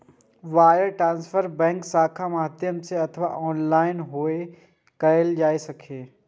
wire transfer bank शाखाक माध्यम सं अथवा ऑनलाइन सेहो कैल जा सकैए